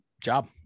job